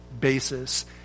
basis